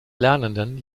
lernenden